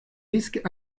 risques